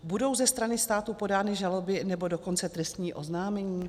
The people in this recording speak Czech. Budou ze strany státu podány žaloby, nebo dokonce trestní oznámení?